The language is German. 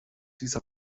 dieser